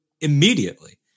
immediately